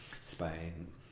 Spain